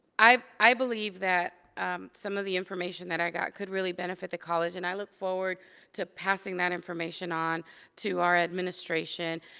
i i believe that some of the information that i got could really benefit the college. and i look forward to passing that information on to our administration,